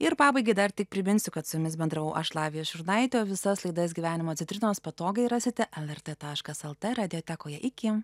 ir pabaigai dar tik priminsiu kad su jumis bendravau aš lavija šurnaitė o visas laidas gyvenimo citrinos patogiai rasite lrt taškas lt radiotekoje